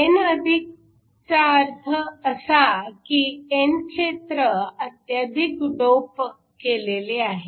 n चा अर्थ असा की n क्षेत्र अत्याधिक डोप केलेले आहे